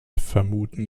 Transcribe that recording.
vermuten